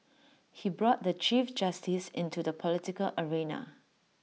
he brought the chief justice into the political arena